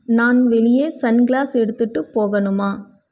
நான் வெளியே sun glass எடுத்துட்டு போகணுமா